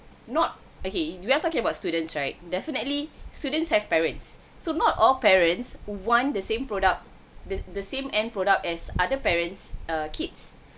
not okay we are talking about students right definitely students have parents so not all parents want the same product the the same end products as other parents err kids